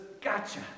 gotcha